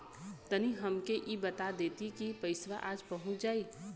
तनि हमके इ बता देती की पइसवा आज पहुँच जाई?